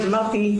כפי שאמרתי,